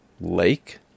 lake